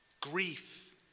Grief